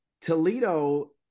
Toledo